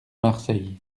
marseille